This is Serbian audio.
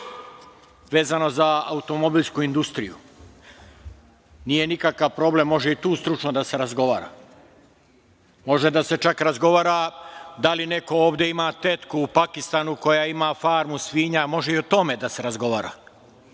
vezano za automobilsku industriju. Nije nikakav, može i tu stručno da se razgovara. Može da se čak razgovara da li neko ovde ima tetku u Pakistanu koja ima farmu svinja. Može i o tome da se razgovara. Ovakvu